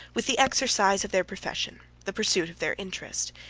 with the exercise of their profession, the pursuit of their interest,